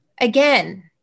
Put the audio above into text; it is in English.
Again